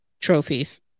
trophies